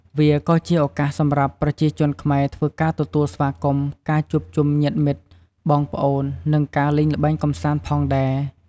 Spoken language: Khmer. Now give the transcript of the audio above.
វាក៏ជាឱកាសសម្រាប់ប្រជាជនខ្មែរធ្វើការទទួលស្វាគមន៍ការជួបជុំញ្ញាតិមិត្តបងប្អូន និងការលេងល្បែងកំសាន្តផងដែរ។